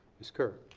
ms. kerr.